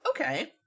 Okay